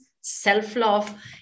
self-love